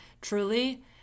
truly